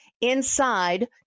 inside